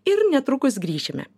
ir netrukus grįšime